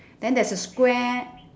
then there's a square